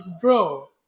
bro